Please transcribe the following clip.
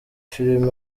film